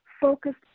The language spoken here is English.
focused